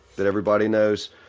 that everybody knows,